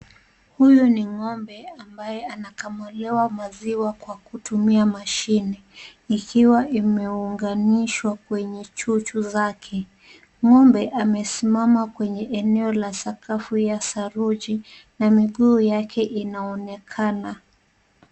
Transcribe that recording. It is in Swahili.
Huyu ni ng'ombe ambaye anakamuliwa maziwa kwa kutumia mashine, ikiwa imeunganishwa kwenye chuchu zake. Ng'ombe amesimama kwenye eneo la sakafu ya saruji na miguu yake inaonekana.